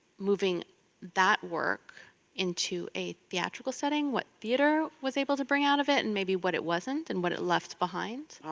moving that work into a theatrical setting, what theater was able to bring out of it and maybe what it wasn't and what it left behind.